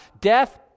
Death